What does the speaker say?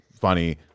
funny